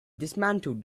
dismantled